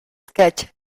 sketch